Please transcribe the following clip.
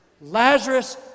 Lazarus